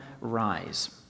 Rise